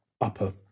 upper